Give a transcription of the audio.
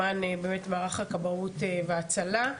למען מערך הכבאות וההצלה.